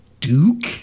Duke